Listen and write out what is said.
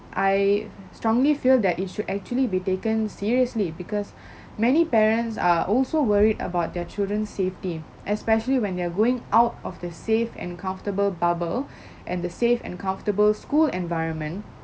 I strongly feel that it should actually be taken seriously because many parents are also worried about their children's safety especially when they're going out of the safe and comfortable bubble and the safe and comfortable school environment